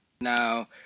Now